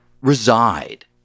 reside